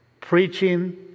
Preaching